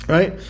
Right